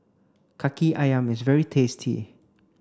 Kaki Ayam is very tasty